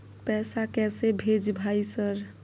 पैसा कैसे भेज भाई सर?